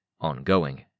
Ongoing